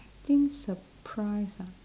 think surprise ah